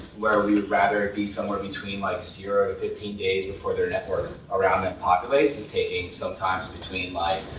where we'd rather be somewhere between like zero to fifteen days before their network around them populates, is taking sometimes between like,